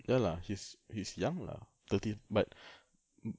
ya lah he's he's young lah thirty but mm